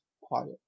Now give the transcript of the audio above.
quiet